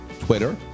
Twitter